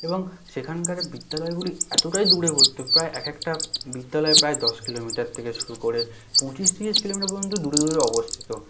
এবং সেখানকার বিদ্যালয়গুলি এতটাই দূরবর্তী প্রায় এক একেকটা বিদ্যালয় প্রায় দশ কিলোমিটার থেকে শুরু করে পঁচিশ তিরিশ কিলোমিটার পর্যন্ত দূরে দূরে অবস্থিত